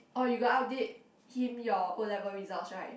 orh you got update him your O-level results right